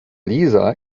lisa